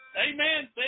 Amen